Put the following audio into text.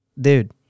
dude